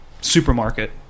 supermarket